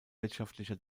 wirtschaftlicher